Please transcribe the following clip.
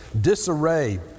disarray